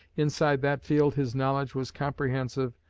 inside that field his knowledge was comprehensive,